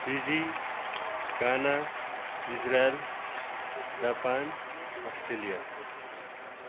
fizzy Ghana Israel Japan Australia